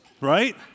right